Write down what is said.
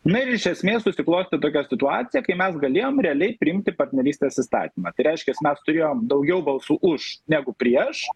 na ir iš esmės susiklostė tokia situacija kai mes galėjom realiai priimti partnerystės įstatymą tai reiškias mes turėjom daugiau balsų už negu prieš